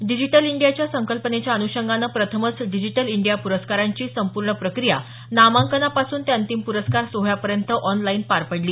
digital इंडियाच्या संकल्पनेच्या अनुषंगानं प्रथमच डिजिटल इंडिया पुरस्कारांची संपूर्ण प्रक्रिया नामांकनांपासून ते अंतिम प्रस्कार सोहळ्यापर्यंत आॅनलाईन पार पडली